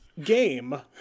game